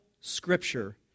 scripture